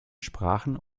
sprachen